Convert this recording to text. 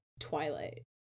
twilight